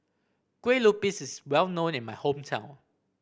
Kue Lupis is well known in my hometown